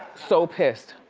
so pissed.